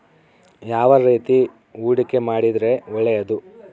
ಯಾವ ರೇತಿ ಹೂಡಿಕೆ ಮಾಡಿದ್ರೆ ಒಳ್ಳೆಯದು?